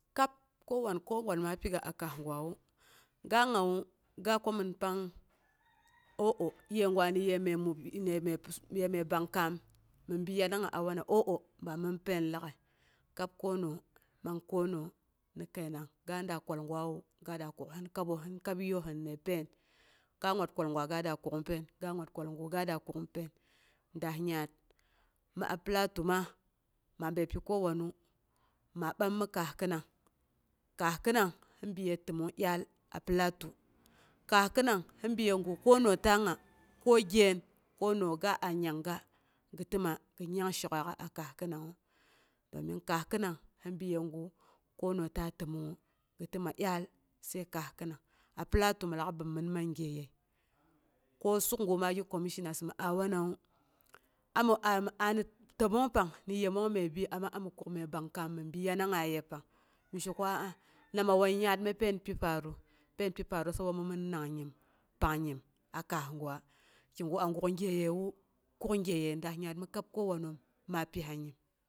Kab kowan kowan ma niga a kaas gwawu, ga ngawu ga kwamin pang o'o yegwa ni ye məi pyi swak, ye mai bangkaam bi yanangnga a wana, o'o ba mɨn pain lagai, kab konooh man konooh ni kəinang, gada kwal gwawu ga da kuksin kabohin, kab yiihin ni pain. Ga wat kwal gwa ga da kuk'ung pain. Daah nyaat mi a plato ma, ma bəi pyi kowanu, ma ɓam mi kaas khinang, kaas khinang hi bi ye tənong dyaal a plato. kaas khinang hi bi yegu konooh ta nga ko gyeen konooh ga a nyangga gi təma gi nyang shok'aaka a kaas khinang, kaas khinang ni yegu kona ta tənong ti təma dyaal sai kaas khinang. a plato mɨn lak bəommin man gyeyəi ko sukguma gi commissioners mi aa wanawu ami aye mi ani təmong pang ni yemong mai bi ama ami kuk məi bang kaam mɨn bi yanangnga ayepang. Mi sheko, nama wan yaat ni pain pi faaru, pain pi faaru sabo mi min nang nyimi, pang nyim a kaasgwa, kigu a guk gyewu, kuk gyeye daas yaat mi kab kowanoom ma pisa nyim.